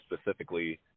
specifically